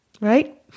right